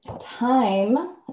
Time